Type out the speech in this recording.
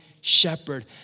shepherd